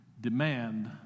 demand